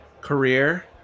career